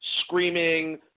screaming